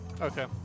Okay